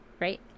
right